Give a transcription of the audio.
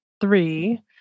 three